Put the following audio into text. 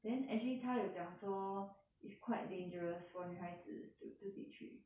then actually 他有讲说 is quite dangerous for 女孩子 to 自己去